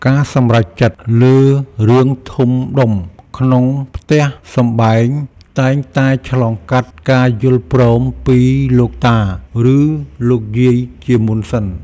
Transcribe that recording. ការសម្រេចចិត្តលើរឿងធំដុំក្នុងផ្ទះសម្បែងតែងតែឆ្លងកាត់ការយល់ព្រមពីលោកតា ឬលោកយាយជាមុនសិន។